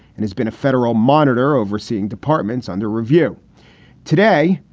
and he's been a federal monitor overseeing departments under review today.